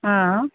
ಹಾಂ